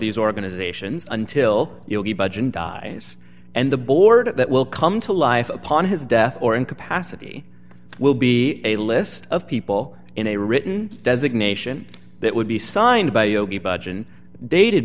these organizations until you know the budge and dies and the board that will come to life upon his death or incapacity will be a list of people in a written designation that would be signed by yogi budge and dated